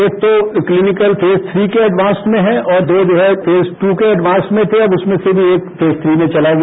एक तोक्लीनिकल फेज थ्रीके एडवांस में है और दो जो है फेज टू के एडवांस में थे और उसमें से भी एक फेज श्री में चला गया